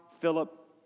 Philip